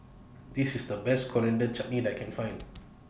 This IS The Best Coriander Chutney that I Can Find